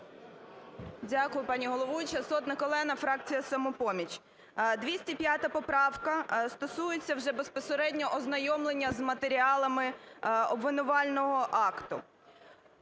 Дякую пані головуюча. Сотник Олена, фракція "Самопоміч". 205 поправка стосується вже безпосередньо ознайомлення з матеріалами обвинувального акту.